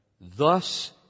thus